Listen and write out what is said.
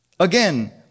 Again